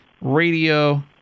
radio